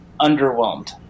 underwhelmed